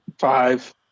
five